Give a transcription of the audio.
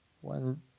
One